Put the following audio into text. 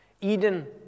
Eden